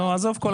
עזוב כל המשרדים.